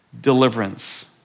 deliverance